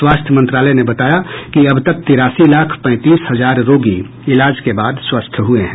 स्वास्थ्य मंत्रालय ने बताया कि अब तक तिरासी लाख पैंतीस हजार रोगी इलाज के बाद स्वस्थ हुए हैं